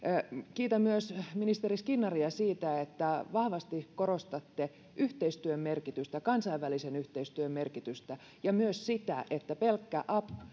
kiitän myös ministeri skinnaria siitä että vahvasti korostatte yhteistyön merkitystä kansainvälisen yhteistyön merkitystä ja myös sitä että pelkkä